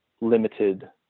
limited